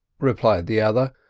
replied the other,